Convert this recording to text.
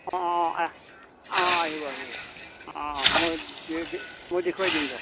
অঁ আ অঁ আহিব আহিব অঁ অঁ মই দে মই দেখুৱাই দিম দিয়ক